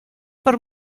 per